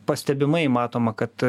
pastebimai matoma kad